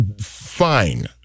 fine